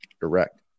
direct